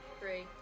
three